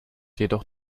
jedoch